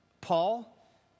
Paul